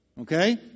Okay